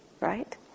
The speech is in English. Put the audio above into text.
right